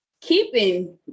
keeping